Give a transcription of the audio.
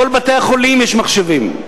לכל בתי-החולים יש מחשבים.